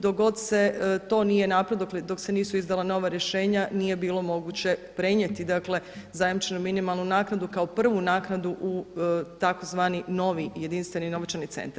Dok god se to nije napravilo, dok se nisu izdala nova rješenja nije bilo moguće prenijeti dakle zajamčenu minimalnu naknadu kao prvu naknadu u tzv. novi jedinstveni novčani centar.